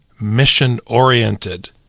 mission-oriented